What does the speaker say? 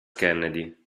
kennedy